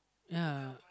ya